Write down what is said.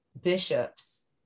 Bishops